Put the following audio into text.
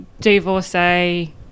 divorcee